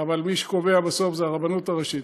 אבל מי שקובע בסוף זה הרבנות הראשית.